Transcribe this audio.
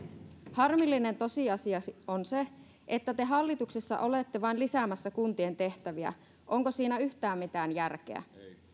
harmillinen tosiasia on se että te hallituksessa olette vain lisäämässä kuntien tehtäviä onko siinä yhtään mitään järkeä